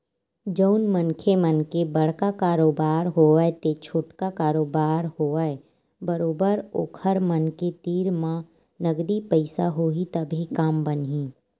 जउन मनखे मन के बड़का कारोबार होवय ते छोटका कारोबार होवय बरोबर ओखर मन के तीर म नगदी पइसा होही तभे काम बनही